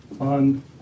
on